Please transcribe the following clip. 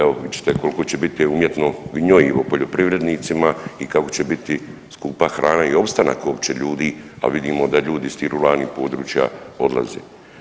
Evo vidjet ćete koliko će biti umjetno gnojivo poljoprivrednicima i kako će biti skupa hrana i opstanak uopće ljudi, a vidimo da ljudi s tih područja odlaze.